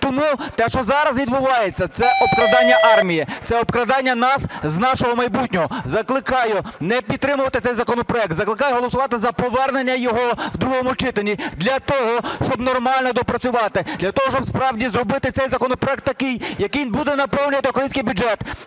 Тому те, що зараз відбувається, - це обкрадання армії, це обкрадання нас з нашого майбутнього. Закликаю не підтримувати цей законопроект. Закликаю голосувати за повернення його в другому читанні для того, щоб нормально доопрацювати, для того, щоб справді зробити цей законопроект таким, який буде наповнювати український бюджет,